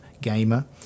gamer